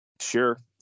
Sure